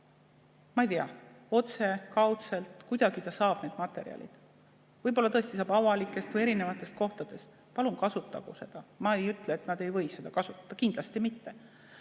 Ma ei tea, otse või kaudselt, kuidagi ta saab need materjalid, võib-olla tõesti saab avalikest või erinevatest kohtadest. Palun kasutagu neid, ma ei ütle, et nad ei või neid kasutada, kindlasti mitte.